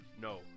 no